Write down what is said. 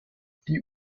die